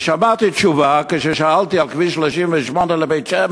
ושמעתי תשובה, כאשר שאלתי על כביש 38 לבית-שמש,